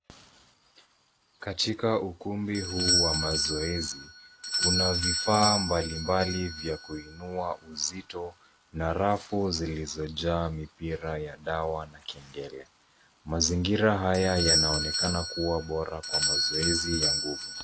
Katika ukumbi huu wa mazoezi kuna vifaa mbalimbali za kuinua uzito na rafu zilizojaa mipira ya dawa na kengele. mazingira haya yanaonekana kuwa bora kwa mazoezi ya nguvu.